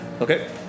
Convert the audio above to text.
Okay